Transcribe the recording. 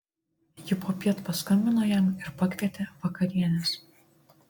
ji popiet paskambino jam ir pakvietė vakarienės